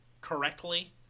correctly